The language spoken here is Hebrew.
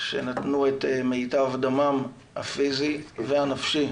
שנתנו את מיטב דמם הפיזי והנפשי